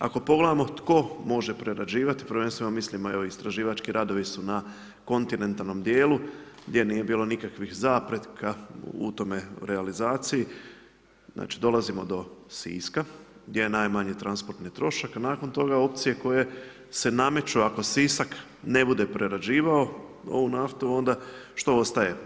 Ako pogledamo tko može prerađivati, prvenstveno mislimo evo, istraživački radovi su na kontinentalnom dijelu gdje nije bilo nikakvih zapreka u tome realizaciji, znači dolazimo do Siska gdje je najmanji transportni trošak, a nakon toga opcije koje se nameću, ako Sisak, ne bude prerađivao ovu naftu, onda što ostaje?